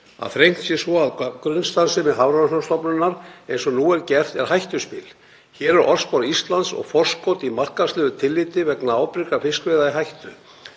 Að þrengt sé svo að grunnstarfsemi Hafrannsóknastofnunar eins og nú er gert er hættuspil. Hér er orðspor Íslands og forskot í markaðslegu tilliti vegna ábyrgra fiskveiða í hættu.